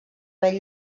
bell